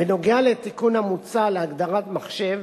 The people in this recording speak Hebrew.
בנושא התיקון המוצע להגדרת מחשב,